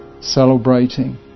celebrating